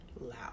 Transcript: Loud